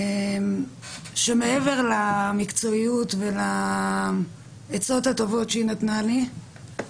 ומעבר למקצועיות ולעצות הטובות שהיא נתנה לי,